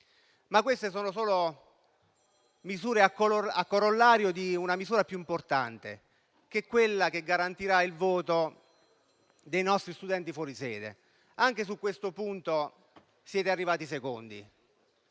però sono solo azioni a corollario di una misura più importante, quella che garantirà il voto dei nostri studenti fuori sede. Anche su questo punto siete arrivati secondi.